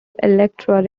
elektra